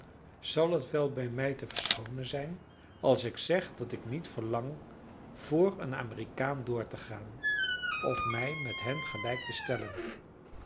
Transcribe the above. zal het wel bij mij te verschoonen zijn als ik zeg dat ik niet verlang voor een amerikaan door te gaan of mij met hen gelijk te stellen